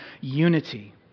unity